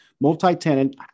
multi-tenant